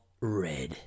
red